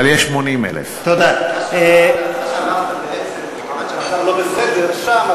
אבל יש 80,000. מה שאמרת בעצם זה שמכיוון שהמצב לא בסדר שם,